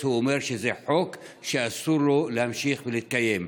אומר שזה חוק שאסור לו להמשיך להתקיים.